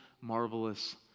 marvelous